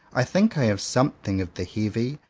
i think i have something of the heavy,